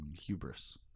hubris